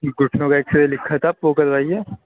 گُھٹنوں کا ایکسرے لِکھا تھا آپ وہ کروائیے